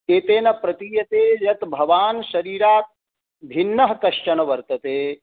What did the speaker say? एतेन प्रतीयते यत् भवान् शरीरात् भिन्नः कश्चन वर्तते